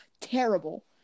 terrible